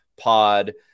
pod